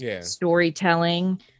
storytelling